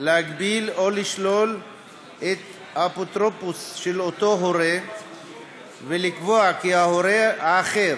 להגביל או לשלול את האפוטרופסות של אותו הורה ולקבוע כי ההורה האחר